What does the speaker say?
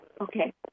Okay